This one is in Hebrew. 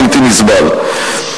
בלתי נסבל.